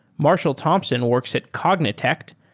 marshall thompson works at cognitect,